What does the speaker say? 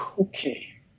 Okay